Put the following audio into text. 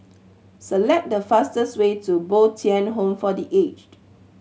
select the fastest way to Bo Tien Home for The Aged